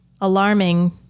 alarming